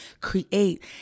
create